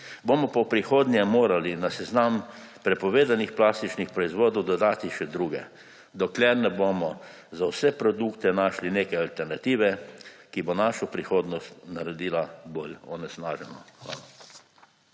Bomo pa v prihodnje morali na seznam prepovedanih plastičnih proizvodov dodati še druge, dokler ne bomo za vse produkte našli neke alternative, ki bo našo prihodnost naredila bolj onesnaženo.